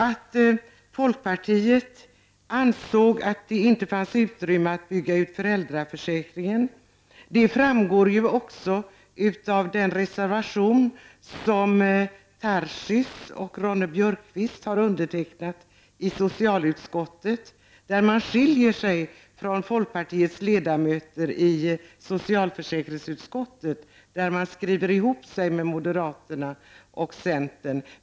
Att folkpartiet ansåg att det inte fanns utrymme för att bygga ut föräldraförsäkringen framgår också av den reservation som Daniel Tarschys och Ingrid Ronne-Björkqvist har avgivit i socialutskottet. Där skiljer de sig från folkpartiets ledamöter i socialförsäkringsutskottet som skrivit ihop sig med moderaterna och centern.